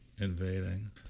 invading